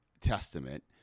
Testament